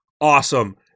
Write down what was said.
Awesome